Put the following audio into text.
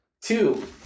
Two